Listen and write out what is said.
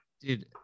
Dude